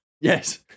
Yes